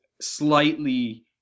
slightly